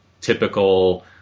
typical